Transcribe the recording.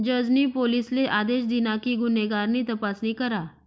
जज नी पोलिसले आदेश दिना कि गुन्हेगार नी तपासणी करा